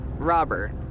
Robert